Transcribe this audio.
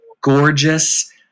gorgeous